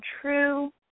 true